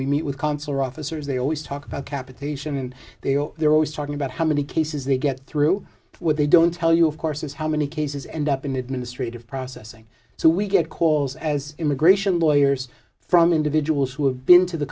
we meet with consular officers they always talk about capitation and they are they're always talking about how many cases they get through with they don't tell you of course is how many cases end up in administrative processing so we get calls as immigration lawyers from individuals who have been to the